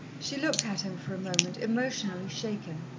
she looked at him for a moment, emotionally shaken.